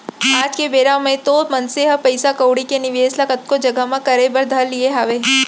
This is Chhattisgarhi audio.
आज के बेरा म तो मनसे ह पइसा कउड़ी के निवेस ल कतको जघा म करे बर धर लिये हावय